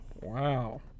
Wow